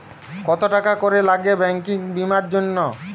কত টাকা করে লাগে ব্যাঙ্কিং বিমার জন্য?